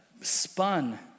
spun